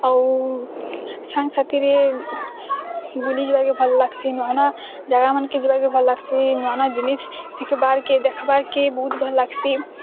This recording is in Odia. ଆଉ ସାଙ୍ଗ୍ ସାଥିରେ ବୁଲି ଯିବାକେ ଭଲ୍ ଲାଗ୍ସି ନୂଆ ନୂଆ ଜାଗା ମାନକେ ଯିବାକେ ଭଲ୍ ଲାଗ୍ସି ନୂଆ ନୂଆ ଜିନିଷ୍ ଶିଖିବାର୍ କେ ଦେଖିବାର୍ କେ ବହୁତ ଭଲ୍ ଲାଗ୍ସି